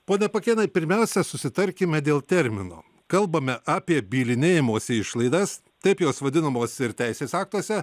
pone pakėnai pirmiausia susitarkime dėl termino kalbame apie bylinėjimosi išlaidas taip jos vadinamos ir teisės aktuose